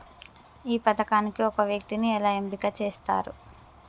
ఈ పథకానికి ఒక వ్యక్తిని ఎలా ఎంపిక చేస్తారు?